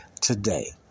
today